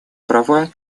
права